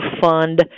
fund